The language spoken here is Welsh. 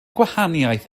gwahaniaeth